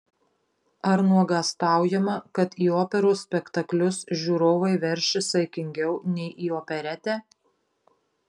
ar nuogąstaujama kad į operos spektaklius žiūrovai veršis saikingiau nei į operetę